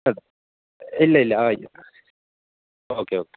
ട്ടാ ഇല്ല ഇല്ല ആയി ഓക്കേ ഓക്കെ